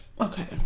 okay